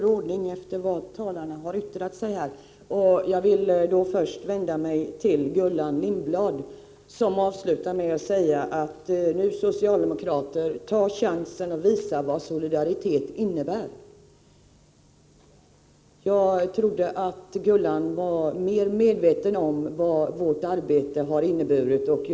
Herr talman! Jag vill först vända mig till Gullan Lindblad, som avslutade med att säga: Ta nu chansen, socialdemokrater, och visa vad solidaritet innebär! Jag trodde att Gullan Lindblad var mer medveten om vad vårt arbete har inneburit.